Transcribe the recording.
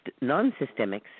non-systemics